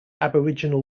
aboriginal